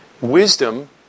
wisdom